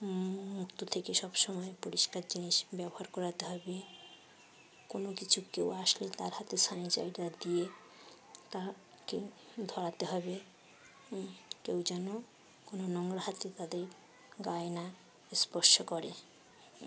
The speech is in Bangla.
মুক্ত থেকে সব সমময় পরিষ্কার জিনিস ব্যবহার করাতে হবে কোনো কিছু কেউ আসলে তার হাতে স্যানিটাইজার দিয়ে তাকে ধরাতে হবে কেউ যেন কোনো নোংরা হাতে তাদের গায়ে না স্পর্শ করে